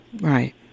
Right